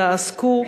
אלא עסקו,